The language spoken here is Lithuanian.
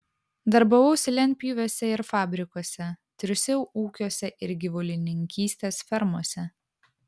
darbavausi lentpjūvėse ir fabrikuose triūsiau ūkiuose ir gyvulininkystės fermose